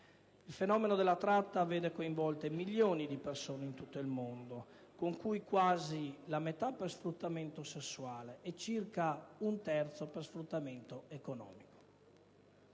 Il fenomeno della tratta vede coinvolte milioni di persone in tutto il mondo, di cui quasi la metà per sfruttamento sessuale e circa un terzo per sfruttamento economico.